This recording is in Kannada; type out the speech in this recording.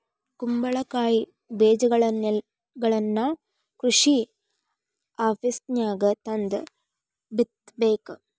ಕುಂಬಳಕಾಯಿ ಬೇಜಗಳನ್ನಾ ಕೃಷಿ ಆಪೇಸ್ದಾಗ ತಂದ ಬಿತ್ತಬೇಕ